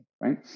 right